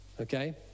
okay